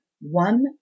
one